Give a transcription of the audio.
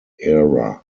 era